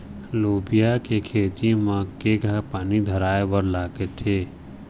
लोबिया के खेती म केघा पानी धराएबर लागथे?